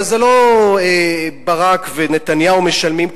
אבל לא ברק ונתניהו משלמים,